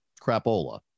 crapola